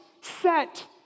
Set